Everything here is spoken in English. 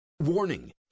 Warning